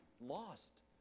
lost